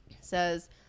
says